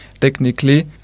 technically